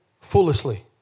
foolishly